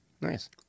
Nice